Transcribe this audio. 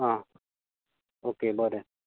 आं ओके बरें